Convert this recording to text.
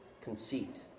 conceit